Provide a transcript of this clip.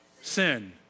sin